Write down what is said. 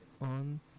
on